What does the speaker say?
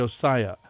Josiah